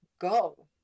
Go